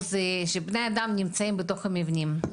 בני אדם נמצאים בתוך מבנים.